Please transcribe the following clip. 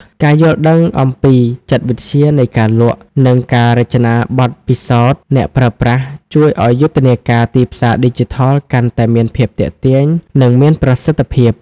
ការយល់ដឹងអំពីចិត្តវិទ្យានៃការលក់ និងការរចនាបទពិសោធន៍អ្នកប្រើប្រាស់ ជួយឱ្យយុទ្ធនាការទីផ្សារឌីជីថលកាន់តែមានភាពទាក់ទាញ និងមានប្រសិទ្ធភាព។